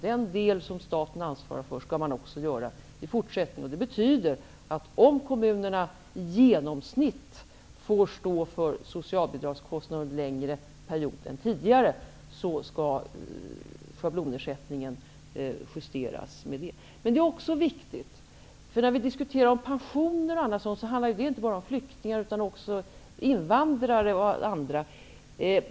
Den del som staten nu ansvarar för skall staten även i fortsättningen ansvara för. Det betyder att om kommunerna i genomsnitt får stå för socialbidragskostnaden under en längre period än tidigare, skall schablonersättningen justeras därefter. När vi diskuterar pensioner t.ex. är det viktigt att komma ihåg att det inte bara handlar om flyktingar utan att det också handlar om invandrare och andra.